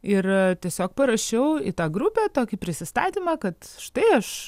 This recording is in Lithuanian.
ir tiesiog parašiau į tą grupę tokį prisistatymą kad štai aš